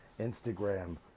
Instagram